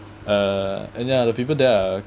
uh and ya the people there are